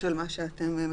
שר הפנים,